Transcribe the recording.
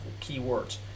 keywords